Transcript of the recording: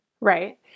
Right